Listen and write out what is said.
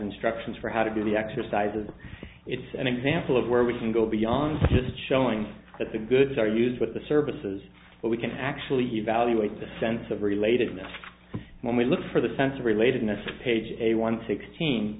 instructions for how to do the exercises it's an example of where we can go beyond just showing that the goods are used with the services so we can actually evaluate the sense of relatedness when we look for the sense of relatedness a page a one sixteen